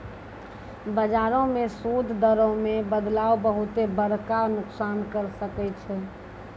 बजारो मे सूद दरो मे बदलाव बहुते बड़का नुकसान करै सकै छै